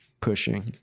pushing